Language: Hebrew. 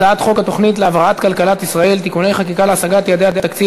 הצעת חוק התוכנית להבראת כלכלת ישראל (תיקוני חקיקה להשגת יעדי התקציב